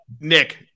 Nick